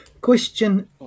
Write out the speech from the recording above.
Question